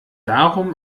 darum